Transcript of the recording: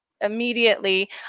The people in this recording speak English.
Immediately